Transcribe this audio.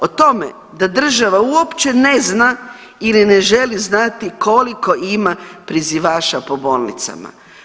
O tome da država uopće ne zna ili ne želi znati koliko ima prizivaša po bolnicama.